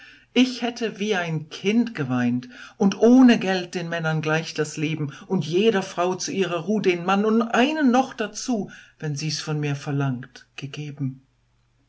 ich hätte wie ein kind geweint und ohne geld den männern gleich das leben und jeder frau zu ihrer ruh den mann und einen noch dazu wenn sies von mir verlangt gegeben